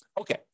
Okay